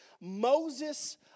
Moses